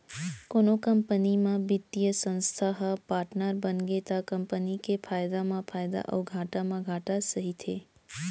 कोनो कंपनी म बित्तीय संस्था ह पाटनर बनगे त कंपनी के फायदा म फायदा अउ घाटा म घाटा सहिथे